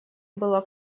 было